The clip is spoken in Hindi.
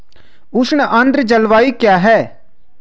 उष्ण आर्द्र जलवायु क्या है?